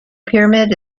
pyramid